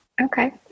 Okay